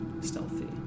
stealthy